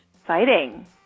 Exciting